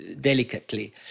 delicately